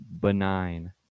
benign